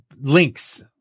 links